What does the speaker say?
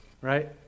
right